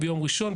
ביום ראשון,